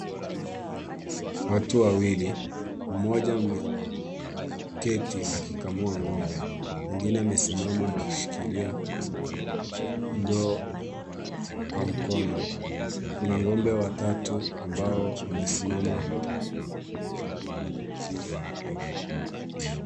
Watu wawili, Mmoja ameketi akikamua ng'ombe mwingine amesimama akishikilia ndoo kwa mkono. Kuna ng'ombe watatu ambao wamesimama.